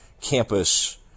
campus